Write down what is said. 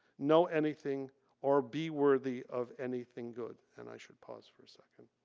know anything or be worthy of anything good. and i should pause for a second.